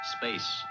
Space